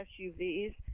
SUVs